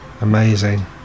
Amazing